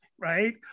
right